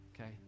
Okay